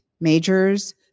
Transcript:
majors